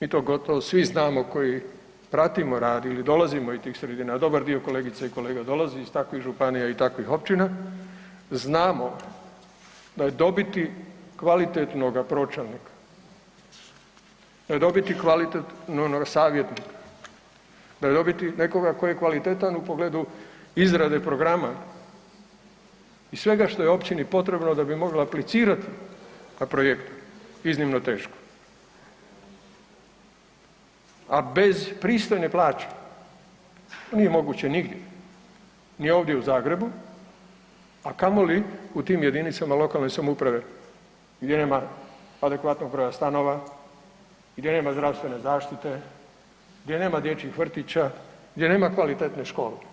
i to gotovo svi znamo koji pratimo radi ili dolazimo iz tih sredina, a dobar dio kolegica i kolega dolazi iz takvih županija i takvih općina znamo da je dobiti kvalitetnog pročelnika, da je dobiti kvalitetnog savjetnika, da dobiti nekoga tko je kvalitetan u pogledu izrade programa i svega što je općini potrebno da bi mogla aplicirati za projekt iznimno teško, a bez pristojne plaće to nije moguće nigdje, ni ovdje u Zagrebu, a kamoli u tim jedinicama lokalne samouprave gdje nema adekvatnog broja stanova, gdje nema zdravstvene zaštite, gdje nema dječjih vrtića, gdje nema kvalitetne škole.